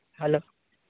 hello